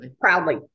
Proudly